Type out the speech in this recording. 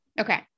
Okay